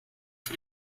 für